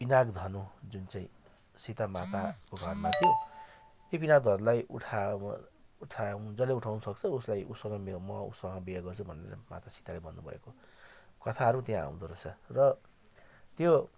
पिनाक धनु जुन चाहिँ सीता माताको घरमा थियो त्यो पिनाक धनुलाई उठाउ अब उठा जसले उठाउन सक्छ उसलाई उसँग मेरो म उसँग विवाह गर्छु भनेर माता सीताले भन्नुभएको कथाहरू त्यहाँ आउँदो रहेछ र त्यो